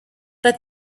but